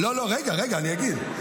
לא, רגע, אני אגיד.